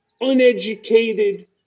uneducated